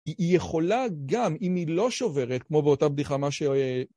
היא יכולה גם, אם היא לא שוברת, כמו באותה בדיחה, מה ש...